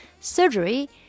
surgery